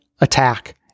attack